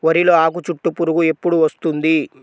వరిలో ఆకుచుట్టు పురుగు ఎప్పుడు వస్తుంది?